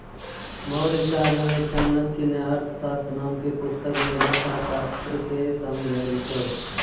मौर्यकाल मे चाणक्य ने अर्थशास्त्र नाम के पुस्तक मे लेखाशास्त्र के समझैलकै